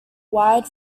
wide